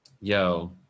Yo